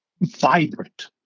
vibrant